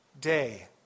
day